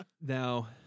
Now